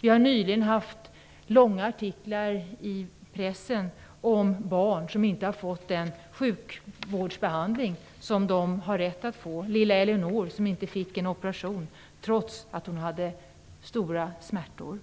Vi har nyligen haft långa artiklar i pressen om barn som inte har fått den sjukvårdsbehandling som de har rätt att få. Lilla Elinor fick inte en operation, trots att hon hade stora smärtor.